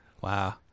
Wow